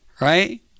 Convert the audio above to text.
right